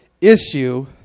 issue